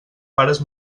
pares